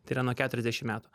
tai yra nuo keturiasdešimt metų